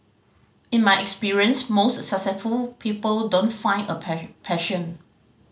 in my experience most successful people don't find a passion